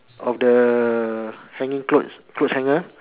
of the hanging clothes clothes hanger